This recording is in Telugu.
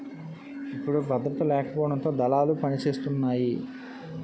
ఇప్పుడు భద్రత లేకపోవడంతో దళాలు పనిసేతున్నాయి